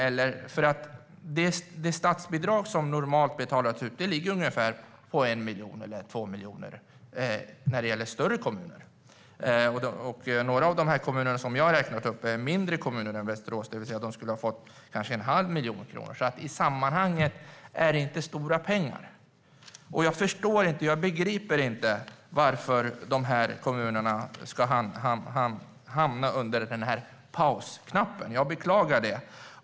Det statsbidrag som normalt betalas ut ligger på 1-2 miljoner för större kommuner. Några av de kommuner som jag räknade upp är mindre än Västerås, så de skulle ha fått kanske 1⁄2 miljon kronor. I sammanhanget är det alltså inga stora pengar. Jag begriper inte varför man ska trycka på pausknappen för dessa kommuner. Jag beklagar det.